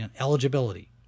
eligibility